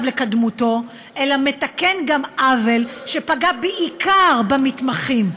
לקדמותו אלא גם מתקן עוול שפגע בעיקר במתמחים,